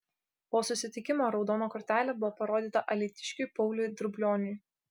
po susitikimo raudona kortelė buvo parodyta alytiškiui pauliui drublioniui